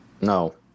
No